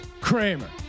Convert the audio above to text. Kramer